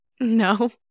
No